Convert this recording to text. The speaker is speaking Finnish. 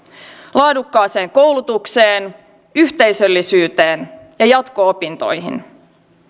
laadukkaaseen koulutukseen yhteisöllisyyteen ja jatko opintoihin